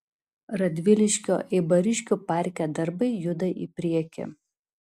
radviliškio eibariškių parke darbai juda į priekį